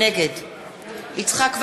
נגד יצחק וקנין,